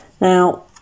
Now